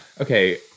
Okay